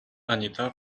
anita